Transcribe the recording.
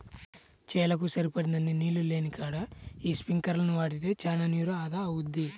చేలకు సరిపడినన్ని నీళ్ళు లేనికాడ యీ స్పింకర్లను వాడితే చానా నీరు ఆదా అవుద్ది